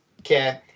Okay